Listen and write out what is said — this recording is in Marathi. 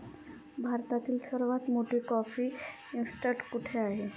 भारतातील सर्वात मोठी कॉफी इस्टेट कुठे आहे?